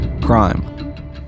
Crime